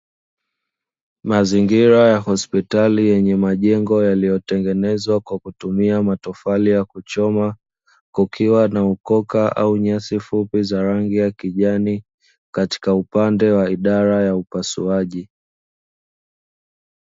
Mazingira ya hospitali yenye majengo yaliyotengenezwa kwa kutumia matofali ya kuchoma, kukiwa na ukoka au nyasi fupi za rangi ya kijani katika upande wa idara ya upasuaji.